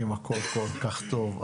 אם הכול כל כך טוב,